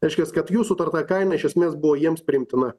kažkas kad jų sutarta kaina iš esmės buvo jiems priimtina